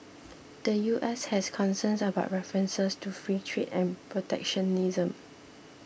the U S has concerns about references to free trade and protectionism